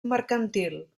mercantil